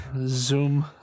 Zoom